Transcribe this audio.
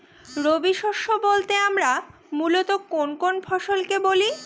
রবি শস্য বলতে আমরা মূলত কোন কোন ফসল কে বলি?